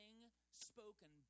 spoken